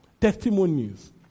Testimonies